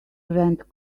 rent